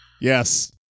Yes